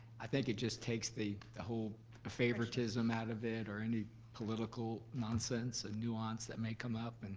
i think it just takes the the whole favoritism out of it or any political nonsense and nuance that may come up. and